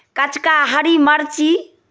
कचका हरी मिर्ची